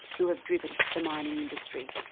who have driven the mining industry,